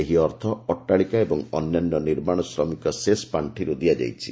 ଏହି ଅର୍ଥ ଅଟ୍ଟାଳିକା ଓ ଅନ୍ୟାନ୍ୟ ନିର୍ମାଣ ଶ୍ରମିକ ସେସ୍ ପାଣ୍ଠିର୍ ଦିଆଯାଇଛି